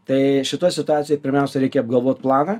tai šitoj situacijoj pirmiausia reikia apgalvot planą